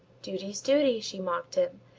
duty's duty, she mocked him,